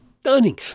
stunning